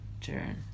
turn